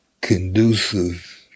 conducive